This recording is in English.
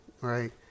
Right